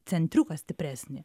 centriuką stipresnį